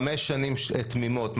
חמש שנים תמימות,